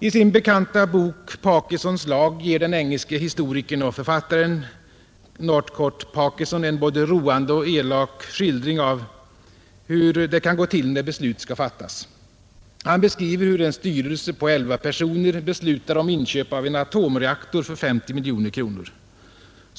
I sin bekanta bok Parkinsons lag ger den engelske historikern och författaren C. Northcote Parkinson en både roande och elak skildring av hur det kan gå till när beslut skall fattas. Han beskriver hur en styrelse på elva personer beslutar om inköp av en atomreaktor för 50 miljoner kronor.